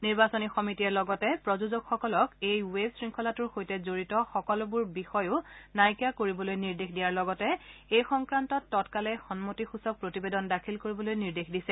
নিৰ্বাচনী সমিতিয়ে লগতে প্ৰযোজকসকলক এই ৱেব শৃংখলাটোৰ সৈতে জড়িত সকলোবোৰ বিষয়ে নাইকীয়া কৰিবলৈকো নিৰ্দেশ দিয়াৰ লগতে এই সংক্ৰান্তত তৎকালে সন্মতিসূচক প্ৰতিবেদন দাখিল কৰিবলৈ নিৰ্দেশ দিছে